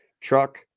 Truck